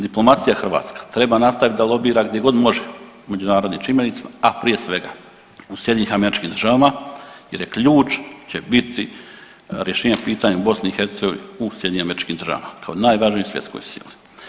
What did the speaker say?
Diplomacija hrvatska treba nastaviti da lobira gdje god može u međunarodnim čimbenicima, a prije svega u SAD-u jer je ključ će biti rješenje pitanja u BiH u SAD-u kao najvažnijoj svjetskoj sili.